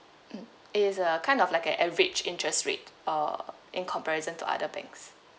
mm it's a kind of like a average interest rate uh in comparison to other banks